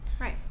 right